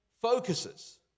focuses